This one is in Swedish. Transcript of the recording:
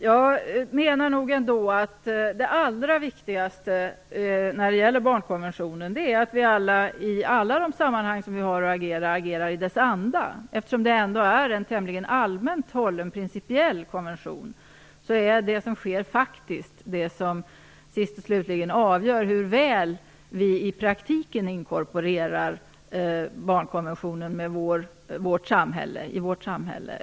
Herr talman! Jag menar ändå att det allra viktigaste med barnkonventionen är att vi alla, i alla de sammanhang vi har att agera, agerar i dess anda. Det är ju ändå en tämligen allmänt hållen principiell konvention. Det som sker är faktiskt det som sist och slutligen avgör hur väl vi i praktiken inkorporerar barnkonventionen i vårt samhälle.